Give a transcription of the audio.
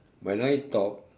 when I talk